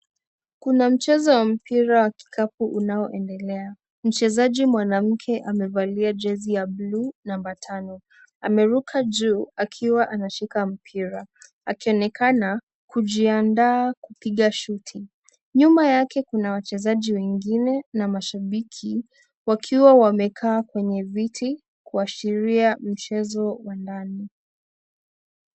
Kuna mchezo wa mpira wa kikapu unaoendelea. Mchezaji mwanamke amevalia jezi la buluu namba tano ameruka juu akiwa anashika mpira akionekana kujiandaa kupiga shuti. Nyuma yake kuna wachezaji wengine na mashabiki wakiwa wamekaa kwenye viti kuashiria mchezo wa ndani.